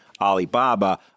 Alibaba –